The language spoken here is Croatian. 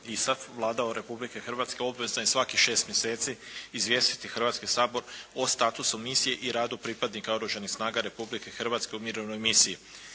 ISAF Vlada Republike Hrvatske obvezna je svakih 6 mjeseci izvijestiti Hrvatski sabor o statusu misije i radu pripadnika oružanih snaga Republike Hrvatske u mirovnoj misiji.